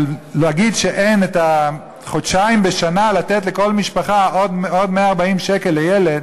אבל להגיד שאין כדי לתת לכל משפחה חודשיים בשנה עוד 140 שקל לילד,